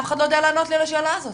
אף אחד לא יודע לענות לי על השאלה הזאת.